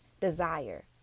desire